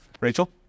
Rachel